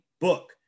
book